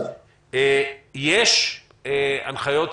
יש הנחיות,